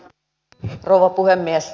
arvoisa rouva puhemies